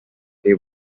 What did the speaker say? they